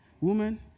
woman